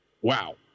Wow